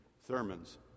Thurman's